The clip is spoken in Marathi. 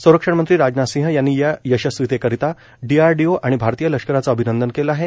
संरक्षणमंत्री राजनाथ सिंह यांनी या यशस्वीतेकरिता डीआरडीओ आणि भारतीय लष्कराचं अभिनंदन केलं आहे